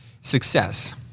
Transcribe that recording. success